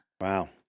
Wow